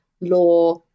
law